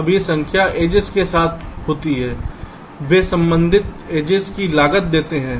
अब यह संख्या किनारों के साथ होती है वे संबंधित किनारों की लागत देते हैं